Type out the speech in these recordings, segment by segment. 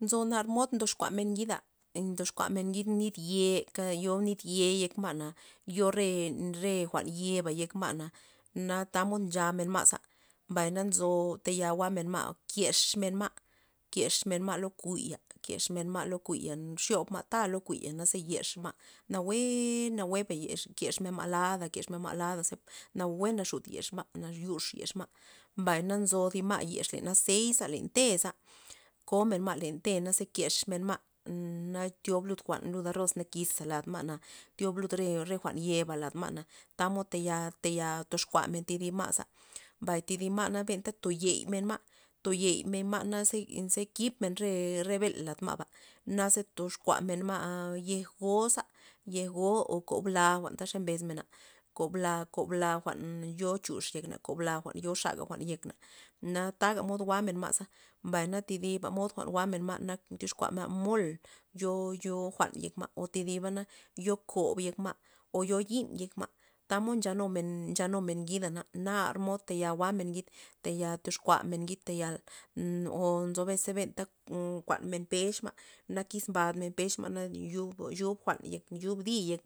Nzo nar mod ndoxkuamen ngida ndoxkuamen ngid nit ye kad yo niy yei' yek ma'na, yo re- re jwa'n yeba yek ma'na na tamod nchamen ma'za, mbay na nzo taya jwa'men ma' kexmen ma', kexmen ma' lo kuya kexmen ma' lo kuya xyob ma' ta lo kuya naze yexma' nawuee' nawueba yexma' kexmen ma' lada ma' ladaza nawue naxut kexma' nayux yexma', mbay na nzo thi ma' yex len azeit len te'za, komen ma' len te' naze kexmenma' na tyob ma' jwa' lud arroz nakiza lad ma'na tyob lud re re jwa'n yeba na lad ma' tamod taya- taya toxkuamen thidi ma'za, mbay thi di ma' na benta toyey men ma' toyey men ma' naze- ze kibmen re- re bel lad ma'ba naza toxkuamen men ma' yej goza yej go o kob la' jwa'ntaxa mbes mena kob la- kob la jwa'n yo chux yek naba kob jwa'n yo xa jwa'n yek na, na taga mod jwa'men ma'za, mbay na thi diba mod jwa'n jwa'men ma' nak tyoxkuamen ma' mol yo- yo jwa'n yek ma' o thi diba na yo kob yek ma' o yo yi'n yek ma' tamod ncha numen ma' ncha numen ngida nar mod tayal jwa'men ngid taya toxkuamen ngid o tayal nzo bes benta ta nkauan men pexn na kix bandmen pex ma' yo xub jwa'n ndi'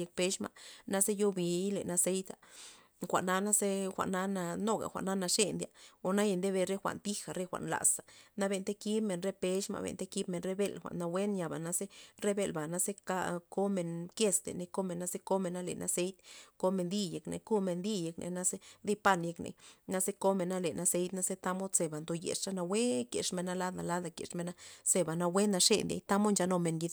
yek pex ma' naze yobiy len azeita jwa'na za na nuga jwa'na naxe ndya o naya nde re jwa'n tija jwa'n laza na benta kibmen re pex men benta kib men re bel jwa'n nawue nyaba naze re bel naze a komen keseney komen naz ekomena lena len azeit komen di yek ney komen di yekney naze di' pan yekney naze komena lena len azeita ze tamod za ndoyexa nawue kexmena lada lada kexmena zeba nawue naxe ndiey tamod nchanumen ngid.